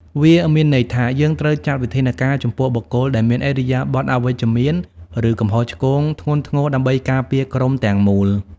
វាមានន័យថា យើងត្រូវចាត់វិធានការចំពោះបុគ្គលដែលមានឥរិយាបថអវិជ្ជមាន ឬកំហុសឆ្គងធ្ងន់ធ្ងរ ដើម្បីការពារក្រុមទាំងមូល។